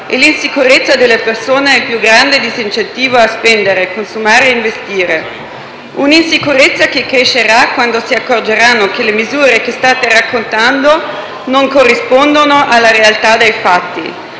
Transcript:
e l'insicurezza delle persone è il più grande disincentivo a spendere, consumare e investire. L'insicurezza crescerà quando si accorgeranno che le misure che state raccontando non corrispondono alla realtà dei fatti,